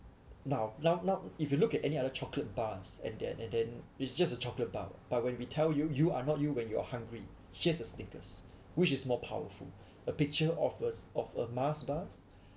now now now if you look at any other chocolate bars and then and then it's just a chocolate bar but when we tell you you are not you when you're hungry she has a Snickers which is more powerful a picture offers of a Mars Bars